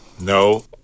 No